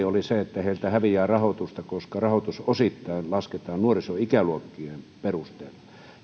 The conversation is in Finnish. oli se että heiltä häviää rahoitusta koska rahoitus osittain lasketaan nuorisoikäluokkien perusteella